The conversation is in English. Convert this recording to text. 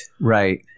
Right